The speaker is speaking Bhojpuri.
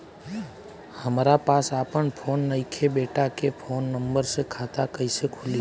हमरा पास आपन फोन नईखे बेटा के फोन नंबर से खाता कइसे खुली?